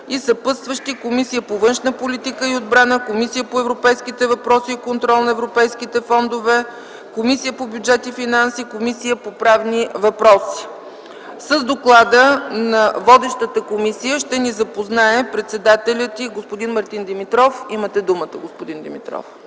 Съпътстващи са Комисията по външната политика и отбрана, Комисията по европейските въпроси и контрол на европейските фондове, Комисията по бюджет и финанси и Комисията по правни въпроси. С доклада на водещата комисия ще ни запознае председателят й господин Мартин Димитров. ДОКЛАДЧИК МАРТИН ДИМИТРОВ: